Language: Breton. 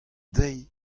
dezhi